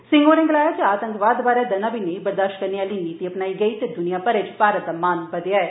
सिंह होरें गलाया जे आतंकवाद दना बी नेई बरदाश्त करने आली नीति अपनाई गेई ऐ ते दुनिया भरै च भारत दा मान बदेआ ऐ